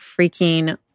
freaking